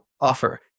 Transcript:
offer